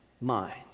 mind